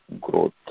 growth